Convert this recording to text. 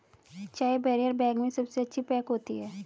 चाय barrier bag में सबसे अच्छी पैक होती है